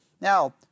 Now